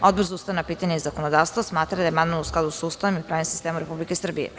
Odbor za ustavna pitanja i zakonodavstvo smatra da je amandman u skladu sa Ustavom i pravnim sistemom Republike Srbije.